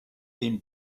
been